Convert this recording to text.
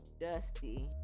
dusty